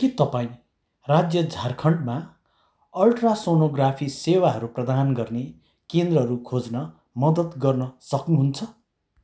के तपाईँँ राज्य झारखण्डमा अल्ट्रासोनोग्राफी सेवाहरू प्रदान गर्ने केन्द्रहरू खोज्न मदत गर्न सक्नु हुन्छ